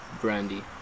Brandy